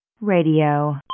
Radio